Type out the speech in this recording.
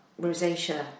rosacea